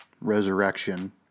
resurrection